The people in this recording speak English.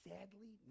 Sadly